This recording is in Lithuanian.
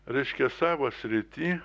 reiškia savo srity